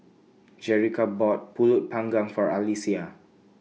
Jerica bought Pulut Panggang For Alyssia